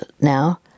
now